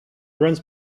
runs